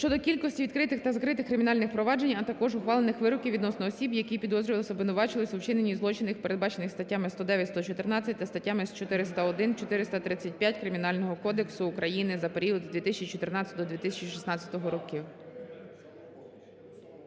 щодо кількості відкритих та закритих кримінальних проваджень, а також ухвалених вироків відносно осіб, які підозрювались/обвинувачувались у вчиненні злочинів, передбачених статтями 109-114 та статтями 401-435 Кримінального кодексу України за період з 2014-2016 років.